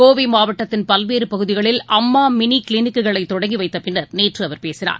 கோவை மாவட்டத்தின் பல்வேறு பகுதிகளில் அம்மா மினி கிளினிக்குகளை தொடங்கி வைத்த பின்னர் நேற்று அவர் பேசினார்